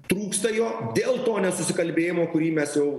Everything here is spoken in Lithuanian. trūksta jo dėl to nesusikalbėjimo kurį mes jau